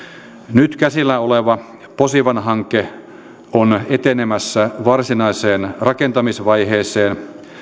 nyt käsillä oleva posivan hanke on etenemässä varsinaiseen rakentamisvaiheeseen